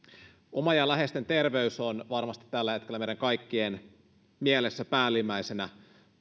oma ja läheisten terveys on varmasti tällä hetkellä meidän kaikkien mielessä päällimmäisenä